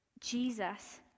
Jesus